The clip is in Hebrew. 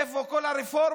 איפה כל הרפורמות